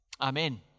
Amen